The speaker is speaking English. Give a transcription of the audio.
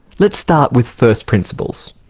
let's start with first principles.